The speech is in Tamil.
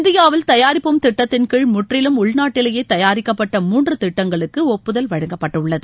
இந்தியாவில் தயாரிப்போம் திட்டத்தின் கீழ் முற்றிலும் உள்நாட்டிலேயே தயாரிக்கப்பட்ட மூன்று திட்டங்களுக்கு ஒப்புதல் வழங்கப்பட்டுள்ளது